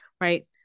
Right